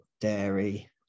dairy